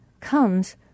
comes